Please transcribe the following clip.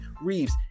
Reeves